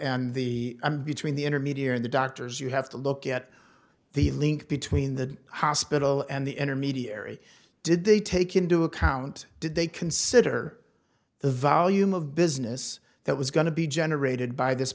and the and between the intermediary and the doctors you have to look at the link between the hospital and the intermediary did they take into account did they consider the volume of business that was going to be generated by this